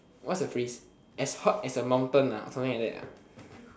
what is a phrase as hot as a mountain ah or something like that ah